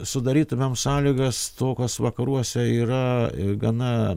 sudarytumėm sąlygas to kas vakaruose yra gana